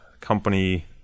company